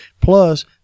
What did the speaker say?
Plus